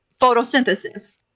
photosynthesis